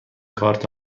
کارت